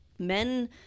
Men